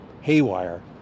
haywire